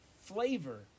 flavor